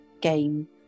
game